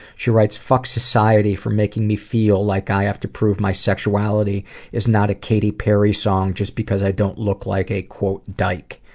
she writes fuck society for making me feel like i have to prove my sexuality is not a katy perry song just because i don't look like a dyke.